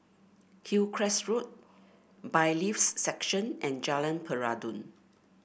Hillcrest Road Bailiffs' Section and Jalan Peradun